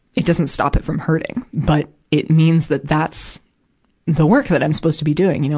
it doesn't stop it from hurting, but it means that that's the work that i'm supposed to be doing, you know?